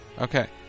Okay